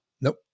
Nope